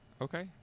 Okay